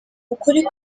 ukuri